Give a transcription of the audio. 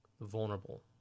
vulnerable